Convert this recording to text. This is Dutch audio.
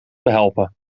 behelpen